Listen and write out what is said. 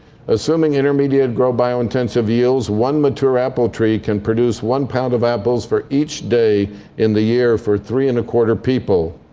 assuming intermediate grow biointensive yields, one mature apple tree can produce one pound of apples for each day in the year for three and a quarter people.